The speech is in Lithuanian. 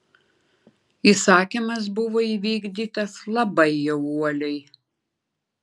įsakymas buvo įvykdytas labai jau uoliai